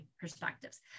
perspectives